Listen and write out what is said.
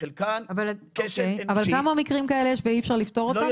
וחלקן כשל אנושי --- כמה מקרים כאלה יש ואי-אפשר לפתור אותם?